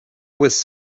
was